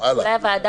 הלאה.